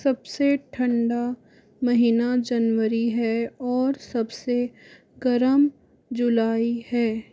सब से ठंडा महीना जनवरी है और सब से गर्म जुलाई है